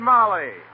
Molly